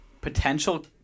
potential